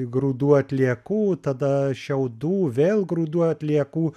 grūdų atliekų tada šiaudų vėl grūdų atliekų